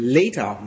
later